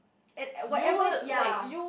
it whatever ya